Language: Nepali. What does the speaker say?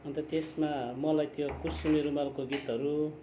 अन्त त्यसमा मलाई त्यो कुसुमे रुमालको गीतहरू